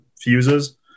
fuses